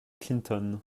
clinton